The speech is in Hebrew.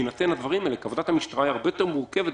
כוונת המשטרה היא הרבה יותר מורכבת,